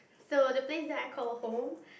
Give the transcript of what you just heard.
so the place that I call home